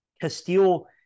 Castile